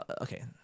okay